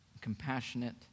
compassionate